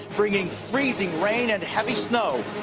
bringing freezing rain and heavy snow,